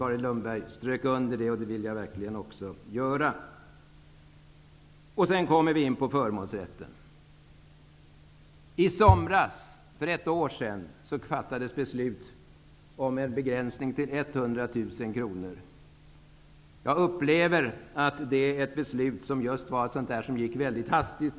Carin Lundberg strök under det, och det vill jag verkligen också göra. Jag vill också säga några ord om förmånsrätten. I somras, för ett år sedan, fattades beslut om en begränsning till 100 000 kr. Jag upplevde att det beslutet fattades mycket hastigt.